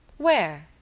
where?